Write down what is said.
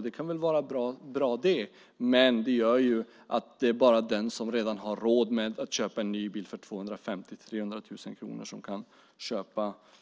Det kan väl vara bra, men det gör att det bara är den som redan har råd att köpa en ny bil för 250 000-300 000 kronor